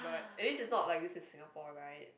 at least it's not like this in Singapore right